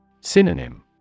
Synonym